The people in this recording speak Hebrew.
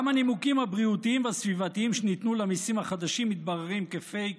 גם הנימוקים הבריאותיים והסביבתיים שניתנו למיסים החדשים מתבררים כפייק,